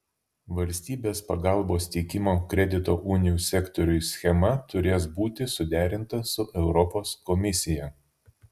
valstybės pagalbos teikimo kredito unijų sektoriui schema turės būti suderinta su europos komisija